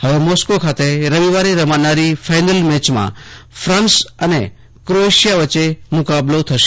હવે મોસ્કો ખાતે રવિવારે રમાનારી ફાઈનલ મેચમાં ફાંસ અને ક્રોએશિયા વચ્ચે મુકાબલો થશે